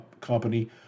company